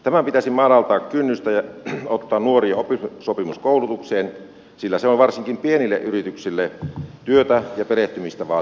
tämän pitäisi madaltaa kynnystä ja ottaa nuoria oppisopimuskoulutukseen sillä se on varsinkin pienille yrityksille työtä ja perehtymistä vaativa juttu